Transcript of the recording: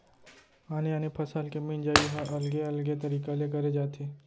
आने आने फसल के मिंजई ह अलगे अलगे तरिका ले करे जाथे